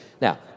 Now